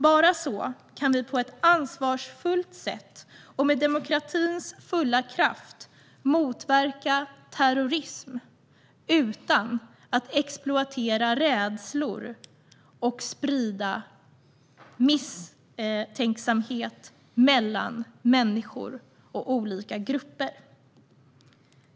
Bara så kan vi på ett ansvarsfullt sätt och med demokratins fulla kraft motverka terrorism utan att exploatera rädslor och sprida misstänksamhet mellan människor och olika grupper.